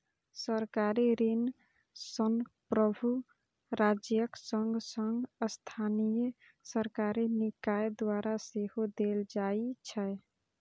सरकारी ऋण संप्रभु राज्यक संग संग स्थानीय सरकारी निकाय द्वारा सेहो देल जाइ छै